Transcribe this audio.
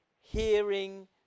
hearing